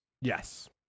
Yes